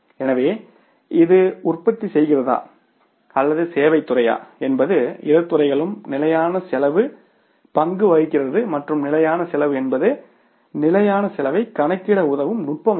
எனவே இது உற்பத்தி செய்கிறதா அல்லது சேவைத் துறையா என்பது இரு துறைகளும் நிலையான செலவு பங்கு வகிக்கிறது மற்றும் நிலையான செலவு என்பது நிலையான செலவைக் கணக்கிட உதவும் நுட்பமாகும்